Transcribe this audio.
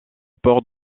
port